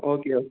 okay okay